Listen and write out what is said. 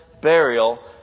burial